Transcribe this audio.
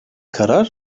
karar